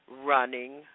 running